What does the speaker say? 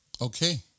Okay